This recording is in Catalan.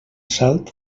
salt